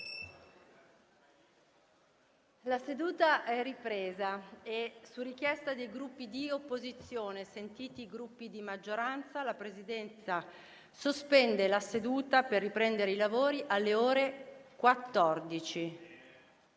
alle ore 12,45)*. Su richiesta dei Gruppi di opposizione, sentiti i Gruppi di maggioranza, la Presidenza sospenderà la seduta, per riprendere i lavori alle ore 14.